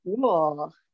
Cool